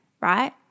right